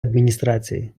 адміністрації